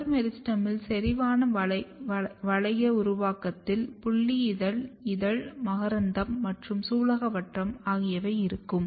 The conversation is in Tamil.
மலர் மெரிஸ்டெமில் செறிவான வளைய உருவாக்கத்தில் புல்லி இதழ் இதழ் மகரந்தம் மற்றும் சூலகவட்டம் ஆகியவை இருக்கும்